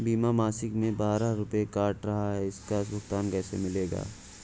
बीमा मासिक में बारह रुपय काट रहा है इसका भुगतान कैसे मिलेगा?